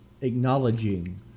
acknowledging